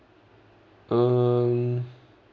um